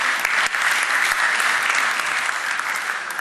(מחיאות כפיים)